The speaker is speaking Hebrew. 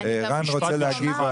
רן רוצה להגיב.